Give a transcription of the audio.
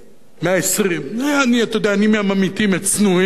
120. אתה יודע, אני מהממעיטים, מהצנועים.